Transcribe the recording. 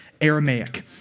Aramaic